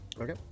Okay